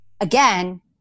again